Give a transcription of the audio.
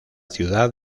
ciudad